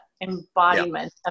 embodiment